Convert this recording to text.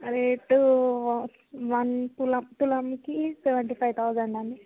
rate one తులం తులానికి seventy five thousand అండి